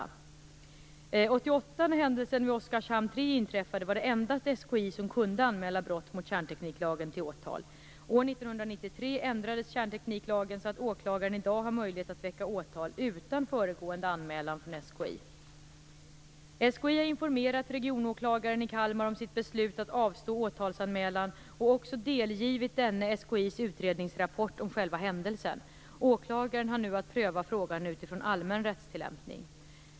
År 1988 när händelsen vid Oskarshamn 3 inträffade var det endast SKI som kunde anmäla brott mot kärntekniklagen till åtal. År 1993 ändrades kärntekniklagen så att åklagaren i dag har möjlighet att väcka åtal utan föregående anmälan från SKI (se prop. SKI har informerat regionåklagaren i Kalmar om sitt beslut att avstå åtalsanmälan och också delgivit denne SKI:s utredningsrapport om själva händelsen. Åklagaren har nu att pröva frågan utifrån allmän rättstillämpning.